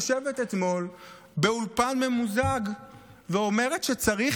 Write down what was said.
יושבת אתמול באולפן ממוזג ואומרת שצריך